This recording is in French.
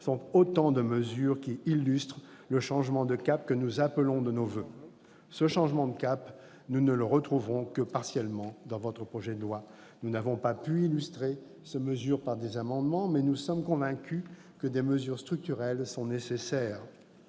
sont autant de mesures illustrant le changement de cap que nous appelons de nos voeux. Ce changement de cap, nous ne le retrouvons que partiellement dans votre projet de loi. Nous n'avons pas pu illustrer ces mesures par des amendements, mais nous sommes convaincus que des mesures structurelles sont nécessaires.